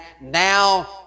now